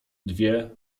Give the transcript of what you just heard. dwie